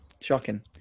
shocking